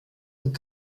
und